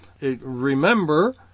Remember